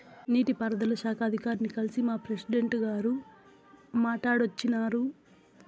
నీటి పారుదల శాఖ అధికారుల్ని కల్సి మా ప్రెసిడెంటు గారు మాట్టాడోచ్చినారు